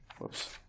whoops